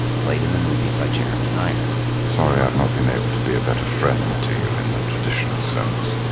played in the movie by jeremy irons. sorry i've not been able to be a better friend to you in the traditional sense.